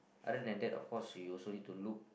other than that of course you also need to look